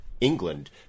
England